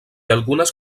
algunes